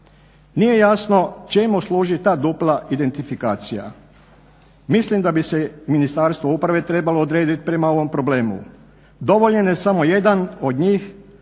Nije jasno čemu služi ta dupla identifikacija. Mislim da bi se Ministarstvo uprave trebalo odredit prema ovom problemu. Dovoljan je samo jedan od njih,